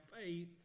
faith